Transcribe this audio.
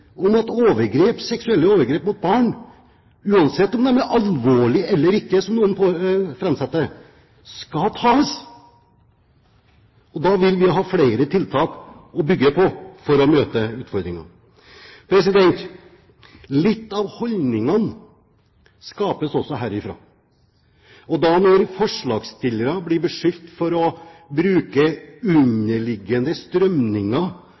om at de som begår seksuelle overgrep mot barn, uansett om de er alvorlige eller ikke, som noen framholder det, skal tas. Da vil vi ha flere tiltak å bygge på for å møte utfordringene. Noen av holdningene skapes også her. Når forslagsstillere blir beskyldt for